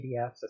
PDFs